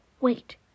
Wait